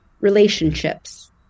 relationships